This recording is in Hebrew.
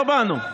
לא בנו.